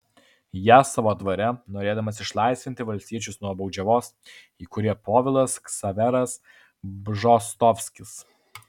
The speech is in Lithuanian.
ją savo dvare norėdamas išlaisvinti valstiečius nuo baudžiavos įkūrė povilas ksaveras bžostovskis